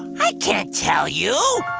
i can't tell you!